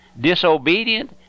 disobedient